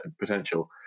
potential